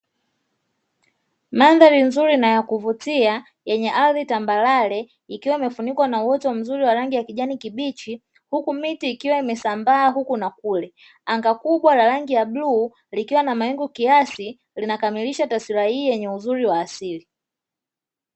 Mandhari nzuri na ya kuvutia yenye ardhi tambarare ikiwa imefunikwa na uoto mzuri wenye rangi ya kijani kibichi, huku miti ikiwa imesambaa huku na kule. Anga kubwa la rangi ya bluu ilikiwa na mawingu kiasi linakamilisha taswira hii yenye uzuri wa asili.